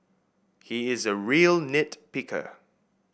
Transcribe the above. he is a real nit picker